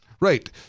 Right